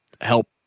help